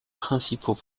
principaux